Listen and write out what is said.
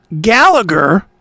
gallagher